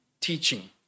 teaching